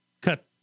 cut